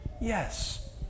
Yes